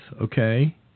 okay